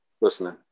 listening